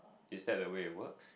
is that the way it works